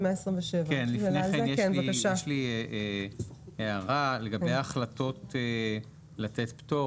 127. לפני כן יש לי הערה לגבי החלטות לתת פטור.